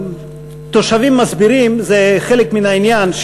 "תושבים מסבירים" זה חלק מן העניין,